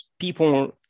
people